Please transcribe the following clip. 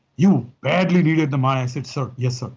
you badly needed the money. i said, sir, yes sir.